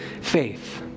faith